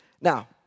Now